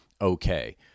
okay